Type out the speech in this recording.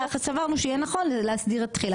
סברנו שיהיה נכון להסדיר את תחילת התהליך.